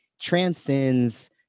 transcends